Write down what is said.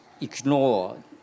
ignore